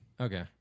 Okay